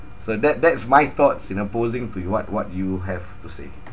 so that~ that's my thoughts in opposing to what what you have to say